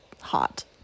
hot